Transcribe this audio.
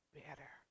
better